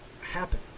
happen